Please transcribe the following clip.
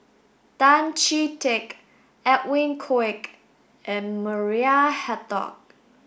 Tan Chee Teck Edwin Koek and Maria Hertogh